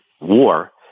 war